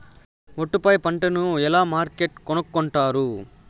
ఒట్టు పై పంటను ఎలా మార్కెట్ కొనుక్కొంటారు?